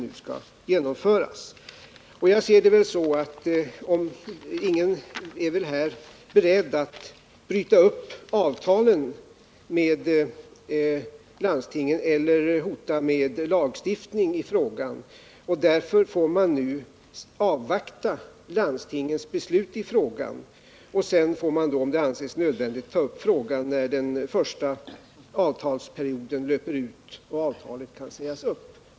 Det finns väl inte någon här som är beredd att bryta upp avtalen med landstingen eller att hota med lagstiftning. Därför får man avvakta landstingens beslut i frågan, och sedan får man, om det anses nödvändigt, ta upp den igen när den första avtalsperioden löper ut och avtalet kan sägas upp.